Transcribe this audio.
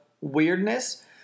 weirdness